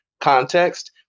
context